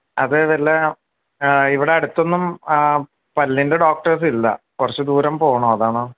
അത് വല്ല ഇവിടെ അടുത്തൊന്നും പല്ലിൻ്റെ ഡോക്ടേഴ്സില്ല കുറച്ച് ദൂരം പോകണം അതാണ്